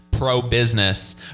pro-business